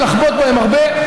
לחבוט בהם הרבה.